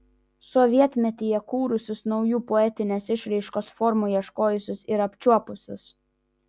sovietmetyje kūrusius naujų poetinės išraiškos formų ieškojusius ir apčiuopusius